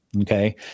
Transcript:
okay